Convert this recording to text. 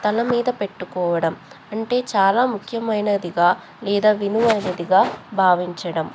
తల మీద పెట్టుకోవడం అంటే చాలా ముఖ్యమైనదిగా లేదా విలువైనదిగా భావించడం